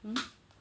mm